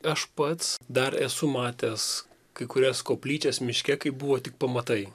aš pats dar esu matęs kai kurias koplyčias miške kai buvo tik pamatai